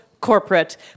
Corporate